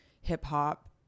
hip-hop